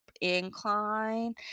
incline